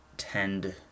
tend